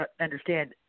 understand